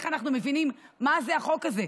איך אנחנו מבינים מה זה החוק הזה,